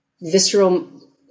visceral